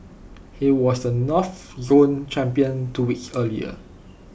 he was the north zone champion two weeks earlier